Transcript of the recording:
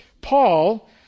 Paul